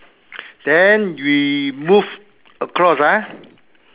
then we move across ah